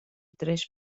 tres